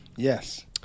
Yes